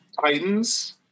Titans